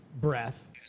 breath